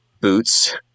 boots